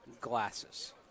glasses